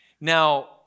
Now